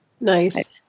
Nice